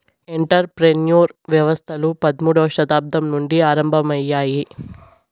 enter ప్రెన్యూర్ వ్యవస్థలు పదమూడవ శతాబ్దం నుండి ఆరంభమయ్యాయి